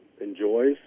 enjoys